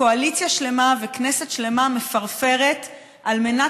קואליציה שלמה וכנסת שלמה מפרפרות על מנת